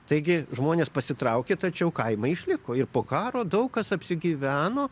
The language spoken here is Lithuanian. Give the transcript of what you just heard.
taigi žmonės pasitraukė tačiau kaimai išliko ir po karo daug kas apsigyveno